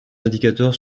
indicateurs